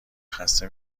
خسته